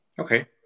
Okay